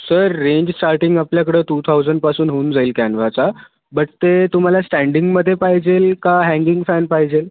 sir range starting आपल्याकडं two थाऊजनपासून होऊन जाईल कॅन्वाचा बट ते तुम्हाला स्टँडिंगमध्ये पाहिजेल का हँगिंग फॅन पाहिजेल